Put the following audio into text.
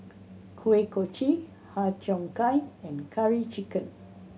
Kuih Kochi Har Cheong Gai and Curry Chicken